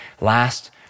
last